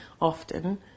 often